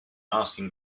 asking